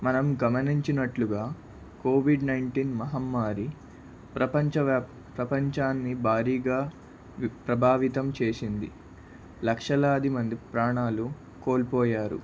మనం గమనించినట్లుగా COVID nineteen మహమ్మారి ప్రపంచ వ్యాప్ ప్రపంచాన్ని భారీగా ప్రభావితం చేసింది లక్షలాది మంది ప్రాణాలు కోల్పోయారు